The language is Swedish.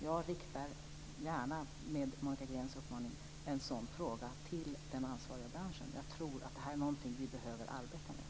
Jag riktar gärna på Monica Greens uppmaning en sådan fråga till den ansvariga branschen. Jag tror att det här är något som vi behöver arbeta med.